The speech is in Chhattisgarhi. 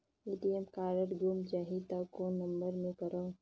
ए.टी.एम कारड गुम जाही त कौन नम्बर मे करव?